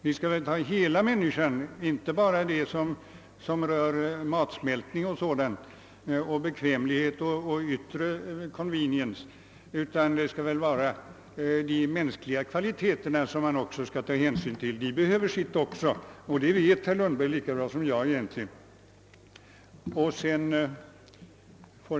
Vi skall väl ta med hela människan, inte bara det som rör matsmältningen och yttre bekvämligheter m.m., utan man måste väl också ta hänsyn till de inre mänskliga kvaliteterna. De behöver också få sitt och det vet herr Lundberg egentligen lika bra som jag.